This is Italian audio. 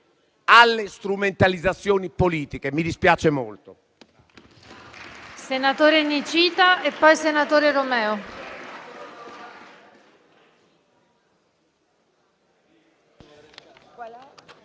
alle strumentalizzazioni politiche. Mi dispiace molto.